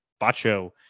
Bacho